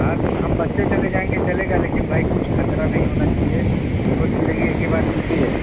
ہاں ہم بس سے چلے جائیں گے چلے گا لیکن بھائی کچھ خطرہ نہیں ہونا چاہیے دیکھو زندگی ایک ہی بار ملتی ہے